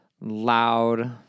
loud